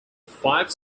five